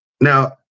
now